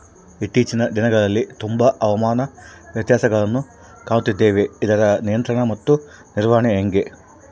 ಇತ್ತೇಚಿನ ದಿನಗಳಲ್ಲಿ ತುಂಬಾ ಹವಾಮಾನ ವ್ಯತ್ಯಾಸಗಳನ್ನು ಕಾಣುತ್ತಿದ್ದೇವೆ ಇದರ ನಿಯಂತ್ರಣ ಮತ್ತು ನಿರ್ವಹಣೆ ಹೆಂಗೆ?